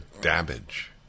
damage